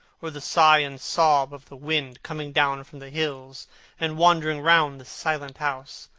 or the sigh and sob of the wind coming down from the hills and wandering round the silent house,